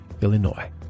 Illinois